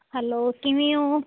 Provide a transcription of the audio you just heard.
hello ਕਿਵੇਂ ਹੋ